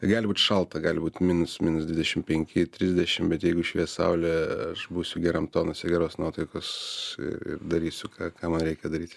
gali būt šalta gali būt minus minus dvidešim penki trisdešim bet jeigu švies saulė aš būsiu geram tonuse geros nuotaikos ir ir darysiu ką ką man reikia daryti